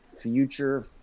future